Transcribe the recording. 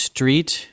Street